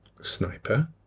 Sniper